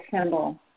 symbol